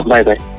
Bye-bye